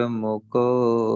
moko